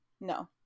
no